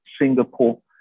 Singapore